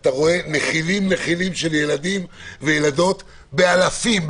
אתה רואה נחילים-נחילים של ילדים וילדות באלפים,